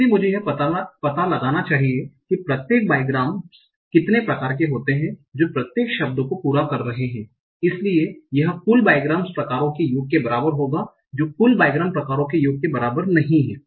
इसलिए मुझे यह पता लगाना चाहिए कि प्रत्येक बाइग्राम्स कितने प्रकार के होते हैं जो प्रत्येक शब्द को पूरा कर रहे है इसलिए यह कुल बाइग्राम्स प्रकारों के योग के बराबर होंगा जो कुल बाइग्राम्स प्रकारों के योग के बराबर नहीं हैं